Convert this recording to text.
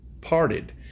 parted